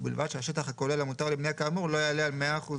ובלבד שהשטח הכולל המותר לבניה כאמור לא יעלה על 100%